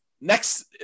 next